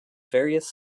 various